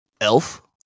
elf